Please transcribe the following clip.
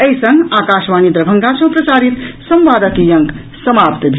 एहि संग आकाशवाणी दरभंगा सँ प्रसारित संवादक ई अंक समाप्त भेल